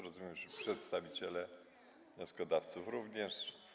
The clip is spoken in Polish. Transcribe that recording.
Rozumiem, że przedstawiciele wnioskodawców również.